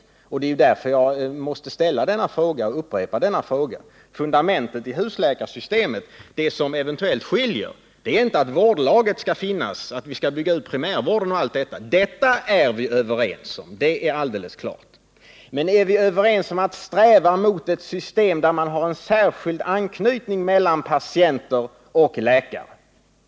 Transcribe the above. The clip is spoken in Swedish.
Det är ju därför som jag måste ställa denna fråga och upprepa den. Fundamentet i husläkarsystemet — det som eventuellt skiljer oss åt — är ju inte att vårdlaget skall finnas, att vi skall bygga ut primärvården och allt detta. Detta är vi överens om, det är alldeles klart. Men är vi överens om att sträva mot ett system där man har en särskild anknytning mellan patienter och läkare?